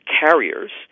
carriers